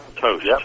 Toast